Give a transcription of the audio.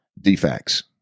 defects